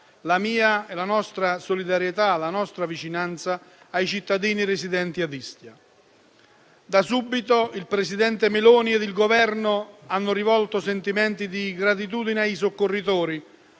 la mia e la nostra solidarietà e vicinanza ai cittadini residenti ad Ischia. Da subito, il presidente Meloni e il Governo hanno rivolto sentimenti di gratitudine ai soccorritori,